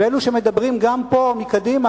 ואלו שמדברים, גם פה מקדימה